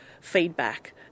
feedback